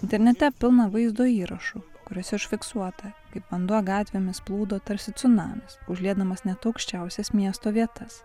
internete pilna vaizdo įrašų kuriuose užfiksuota kaip vanduo gatvėmis plūdo tarsi cunamis užliedamas net aukščiausias miesto vietas